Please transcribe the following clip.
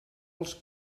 els